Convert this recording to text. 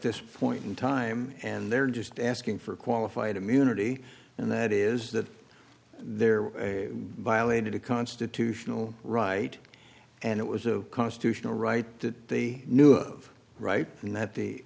this point in time and they're just asking for qualified immunity and that is that there was a violated a constitutional right and it was a constitutional right that the new of right and that the